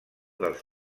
dels